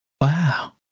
Wow